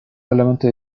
parlamento